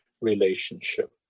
relationship